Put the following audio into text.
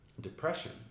depression